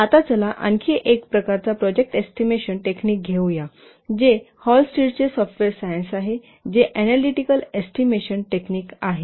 आता चला आणखी एक प्रकारचा प्रोजेक्ट एस्टिमेशन टेक्निक घेऊया जे हॉलस्टिडचे सॉफ्टवेअर सायन्स आहे जे ऍनालीटीकल एस्टिमेशन टेक्निक आहे